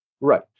Right